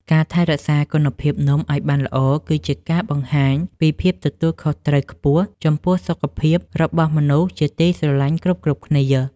ការថែរក្សាគុណភាពនំឱ្យបានល្អគឺជាការបង្ហាញពីភាពទទួលខុសត្រូវខ្ពស់ចំពោះសុខភាពរបស់មនុស្សជាទីស្រឡាញ់គ្រប់ៗគ្នា។